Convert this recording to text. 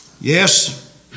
Yes